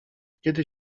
kiedy